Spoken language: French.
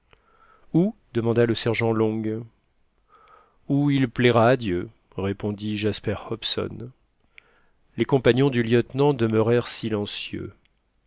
l'entraîne où demanda le sergent long où il plaira à dieu répondit jasper hobson les compagnons du lieutenant demeurèrent silencieux